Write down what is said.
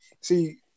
See